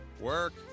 work